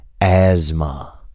asthma